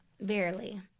Barely